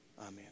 amen